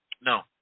No